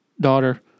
daughter